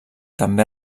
també